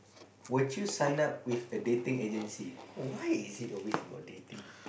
would you sign up with a dating agency why is it always about dating